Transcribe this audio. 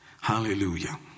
hallelujah